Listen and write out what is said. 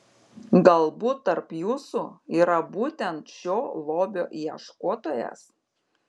galbūt tarp jūsų yra būtent šio lobio ieškotojas